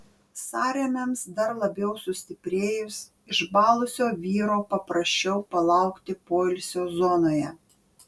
sąrėmiams dar labiau sustiprėjus išbalusio vyro paprašiau palaukti poilsio zonoje